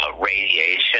radiation